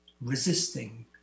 resisting